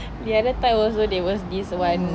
the other time also there was this one